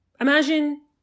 Imagine